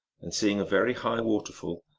and, seeing a very high waterfall,